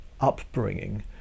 upbringing